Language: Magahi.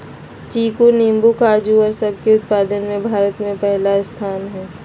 चीकू नींबू काजू और सब के उत्पादन में भारत के पहला स्थान हई